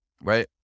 right